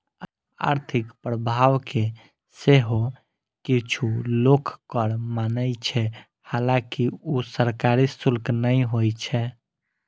आर्थिक प्रभाव कें सेहो किछु लोक कर माने छै, हालांकि ऊ सरकारी शुल्क नै होइ छै